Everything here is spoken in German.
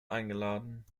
eingeladen